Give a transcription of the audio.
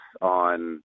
on